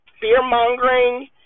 fear-mongering